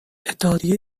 اتحادیه